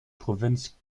provinz